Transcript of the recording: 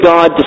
God